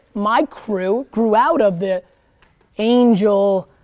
my crew grew out of the angel,